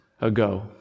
ago